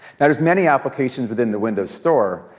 there's many applications within the windows store,